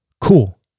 cool